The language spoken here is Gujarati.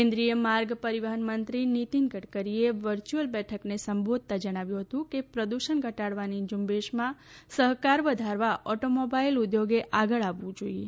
કેન્દ્રીય માર્ગ પરિવહનમંત્રી નીતિન ગડકરીએ વર્ચ્યુઅલ બેઠકને સંબોધતાં જણાવ્યું હતું કે પ્રદૂષણ ઘટાડવાની ઝૂંબેશમાં સહકાર વધારવા ઓટોમોબાઇલ ઉદ્યોગે આગળ આવવું જોઈએ